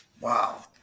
Wow